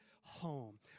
home